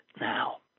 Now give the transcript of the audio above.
now